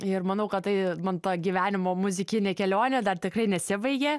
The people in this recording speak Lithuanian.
ir manau kad tai man ta gyvenimo muzikinė kelionė dar tikrai nesibaigė